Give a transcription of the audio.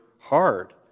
hard